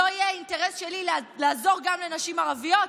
זה לא יהיה אינטרס שלי לעזור גם לנשים ערביות?